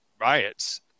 riots